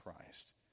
Christ